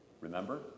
Remember